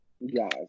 Yes